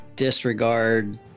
disregard